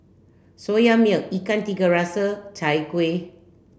soya milk ikan tiga rasa chai kuih